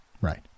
right